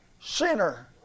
sinner